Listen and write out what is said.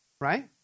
right